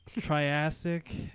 triassic